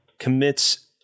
Commits